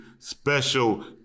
special